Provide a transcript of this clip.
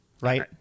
right